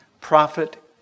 prophet